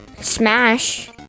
Smash